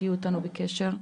תהיו איתנו בקשר.